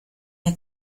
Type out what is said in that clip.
der